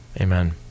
Amen